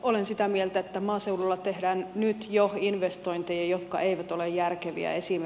olen sitä mieltä että maaseudulla tehdään nyt jo investointeja jotka eivät ole järkeviä